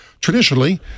Traditionally